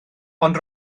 ond